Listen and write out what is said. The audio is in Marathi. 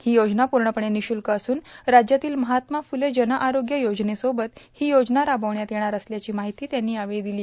ही योजना पूर्णपणे निःशुल्क असून राज्यातील महात्मा फूले जन आरोग्य योजनेसेाबतच ही योजना राबविण्यात येणार असल्याची माहिती त्यांनी यावेळी दिली